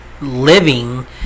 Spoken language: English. living